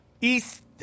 east